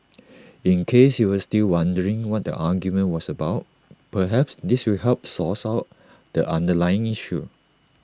in case you were still wondering what the argument was about perhaps this will help source out the underlying issue